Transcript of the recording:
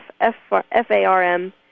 F-A-R-M